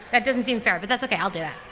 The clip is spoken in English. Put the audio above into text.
that doesn't seem fair, but that's ok. i'll do